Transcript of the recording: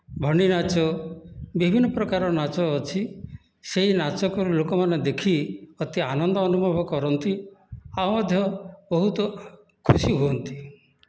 ଘଣିନାଚ ବିଭିନ୍ନପ୍ରକାର ନାଚ ଅଛି ସେହି ନାଚକୁ ଲୋକମାନେ ଦେଖି ଅତି ଆନନ୍ଦ ଅନୁଭବ କରନ୍ତି ଆଉ ମଧ୍ୟ ବହୁତ ଖୁସି ହୁଅନ୍ତି